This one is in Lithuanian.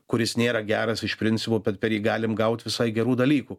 kuris nėra geras iš principo bet per jį galim gaut visai gerų dalykų